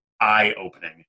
eye-opening